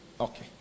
Okay